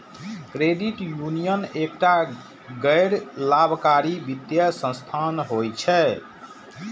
credit union एकटा गैर लाभकारी वित्तीय संस्थान होइ छै